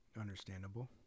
understandable